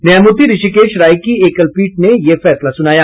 न्यायमूर्ति ऋषिकेश राय की एकल पीठ ने यह फैसला सुनाया